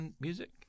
music